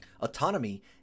Autonomy